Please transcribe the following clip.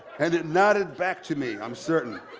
and it nodded back to me, i'm certain.